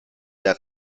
der